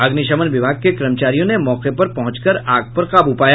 अग्निशमन विभाग के कर्मचारियों ने मौके पर पहुंचक आग पर काबू पाया